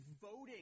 voting